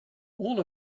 all